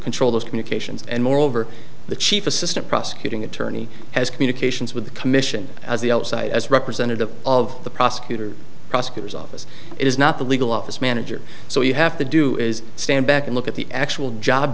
control those communications and moreover the chief assistant prosecuting attorney has communications with the commission as the outside as representative of the prosecutor prosecutor's office is not the legal office manager so you have to do is stand back and look at the actual job